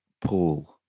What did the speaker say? Paul